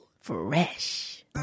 fresh